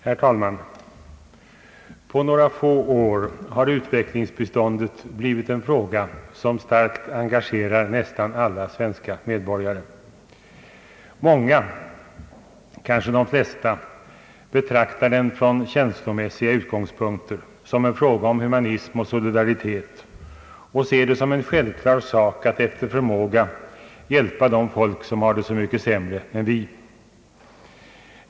Herr talman! På några få år har utvecklingsbiståndet blivit en fråga som starkt engagerar nästan alla svenska medborgare. Många, kanske de flesta, betraktar den från känslomässiga utgångspunkter, som en fråga om humanism och solidaritet, och ser det som en självklar sak att efter förmåga hjälpa de folk som har det så mycket sämre än vi.